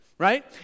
right